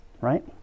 right